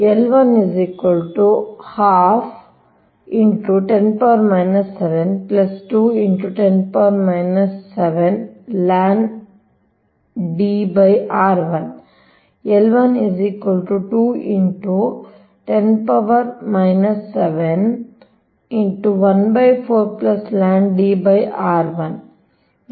L₁ 12 10⁻⁷ 2 10⁻⁷ ln Dr₁ L₁ 2 10⁻⁷ 14 ln Dr₁ ಆಗಿರುತ್ತದೆ